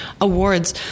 awards